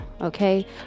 okay